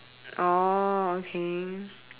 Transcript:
oh okay